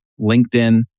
LinkedIn